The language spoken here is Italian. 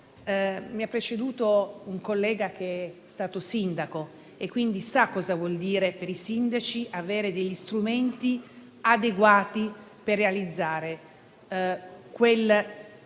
Mi ha preceduto un collega che è stato sindaco e quindi sa cosa vuol dire per i sindaci avere degli strumenti adeguati per realizzare quella